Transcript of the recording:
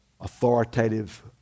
authoritative